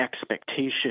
expectation